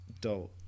dull